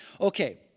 Okay